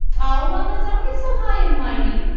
o, well, now, don't get so high and mighty.